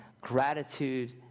gratitude